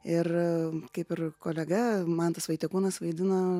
ir kaip ir kolega mantas vaitiekūnas vaidina